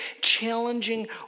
challenging